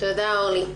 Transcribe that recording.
תודה, אורלי.